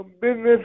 business